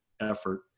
effort